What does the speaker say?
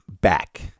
back